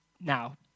now